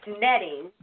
netting